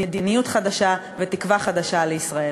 מדיניות חדשה ותקווה חדשה לישראל.